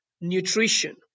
nutrition